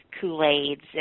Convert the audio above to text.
Kool-Aids